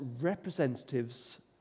representatives